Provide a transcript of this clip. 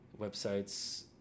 websites